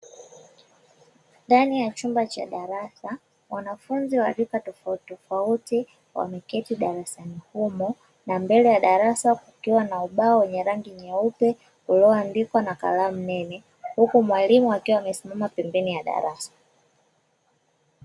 Ndani ya chumba cha darasa wanafunzi wa rika tofautitofauti wameketi darasani humo, na mbele ya darasa kukiwa na ubao wenye rangi nyeupe ulioandikwa na kalamu nene, huku mwalimu akiwa amesimama pembeni ya darasa.